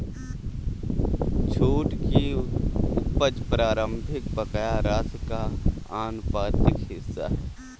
छूट की उपज प्रारंभिक बकाया राशि का आनुपातिक हिस्सा है